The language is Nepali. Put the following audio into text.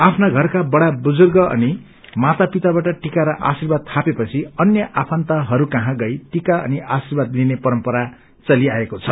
आफ्ना घरका बड़ा वुर्जुग अनि मातापिताबाट टिका र आर्शीवाद पिपछि अन्य आफन्तहरू कहाँ गई टिका अनि आर्शीवाद लिने परम्परा चलिआएको छ